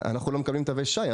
כי אנחנו לא תמיד מקבלים תווי שי,